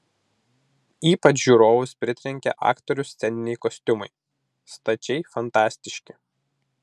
ypač žiūrovus pritrenkė aktorių sceniniai kostiumai stačiai fantastiški